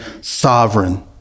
sovereign